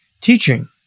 teaching